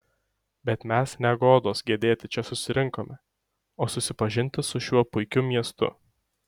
bet mes ne godos gedėti čia susirinkome o susipažinti su šiuo puikiu miestu